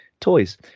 toys